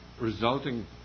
resulting